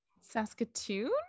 saskatoon